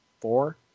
four